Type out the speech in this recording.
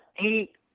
eight